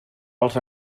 als